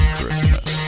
Christmas